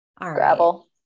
Gravel